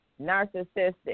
narcissistic